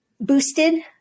boosted